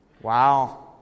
...wow